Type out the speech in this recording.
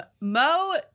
Mo